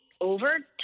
over